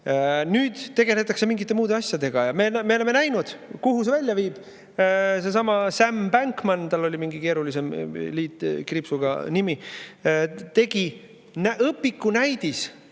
Nüüd tegeldakse mingite muude asjadega. Me oleme näinud, kuhu see välja viib. Seesama Sam Bankman – tal oli mingi keerulisem kriipsuga nimi –, tegi õpiku näidispanga,